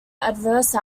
adverse